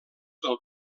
del